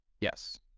Yes